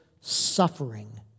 suffering